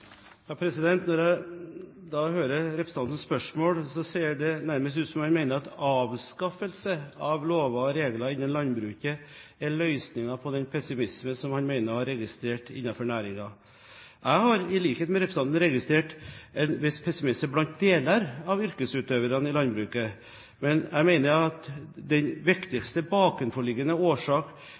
Når jeg hører representantens spørsmål, høres det nærmest ut som om jeg mener at avskaffelse av lover og regler innenfor landbruket er løsningen på den pessimisme som han mener å ha registrert innenfor næringen. Jeg har i likhet med representanten registrert en viss pessimisme blant deler av yrkesutøverne i landbruket. Men jeg mener at den viktigste